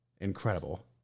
Incredible